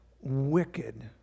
wicked